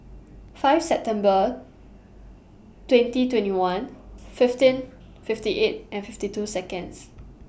five September twenty twenty one fifteen fifty eight and fifty two Seconds